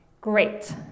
great